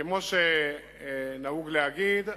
כמו שנהוג להגיד,